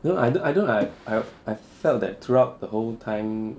I don't I don't I don't like I I felt that throughout the whole time